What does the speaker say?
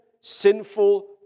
sinful